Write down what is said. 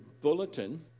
bulletin